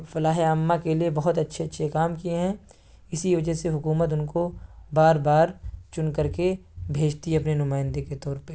فلاح عامہ کے لیے بہت اچھے اچھے کام کیے ہیں اسی وجہ سے حکومت ان کو بار بار چن کر کے بھیجتی ہے اپنے نمائندے کے طور پہ